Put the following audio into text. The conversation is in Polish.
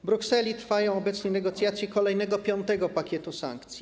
W Brukseli trwają obecnie negocjacje kolejnego, piątego pakietu sankcji.